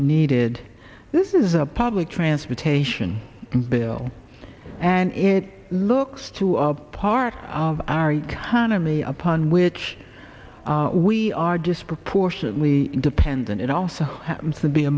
needed this is a public transportation bill and it looks to our part of our economy upon which we are disproportionately dependent and also happens to be a